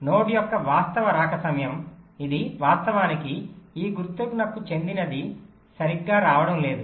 node యొక్క వాస్తవ రాక సమయం ఇది వాస్తవానికి ఈ గుర్తుకు చెందినది సరిగ్గా రావడం లేదు